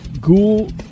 Ghoul